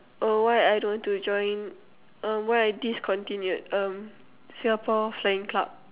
oh why I don't want to join uh why I discontinued um Singapore-flying-club